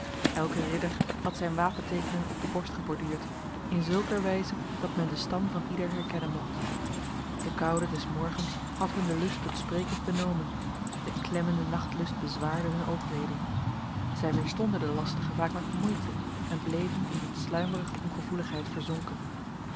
elke ridder had zijn wapentekenen op de borst geborduurd in zulker wijze dat men de stam van ieder herkennen mocht de koude des morgens had hun de lust tot spreken benomen de klemmende nachtlucht bezwaarde hun oogleden zij weerstonden de lastige vaak met moeite en bleven in een sluimerige ongevoeligheid verzonken